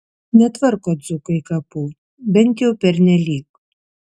netvarko dzūkai kapų bent jau pernelyg